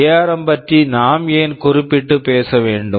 ARM ARM பற்றி நாம் ஏன் குறிப்பிட்டு பேச வேண்டும்